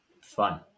fun